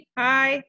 hi